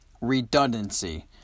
redundancy